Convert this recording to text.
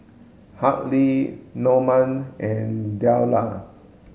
Hartley Namon and Deliah